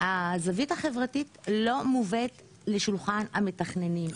הזווית החברתית לא מובאת לשולחן המתכננים,